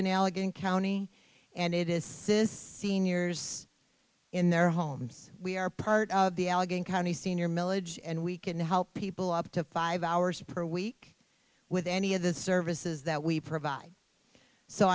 in allegheny county and it is says seniors in their homes we are part of the allegheny county senior milledge and we can help people up to five hours per week with any of the services that we provide so